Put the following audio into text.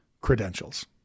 credentials